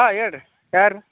ಹಾಂ ಹೇಳ್ರಿ ಯಾರು